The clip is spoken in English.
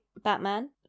Batman